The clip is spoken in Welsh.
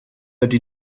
ydy